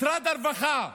משרד הרווחה,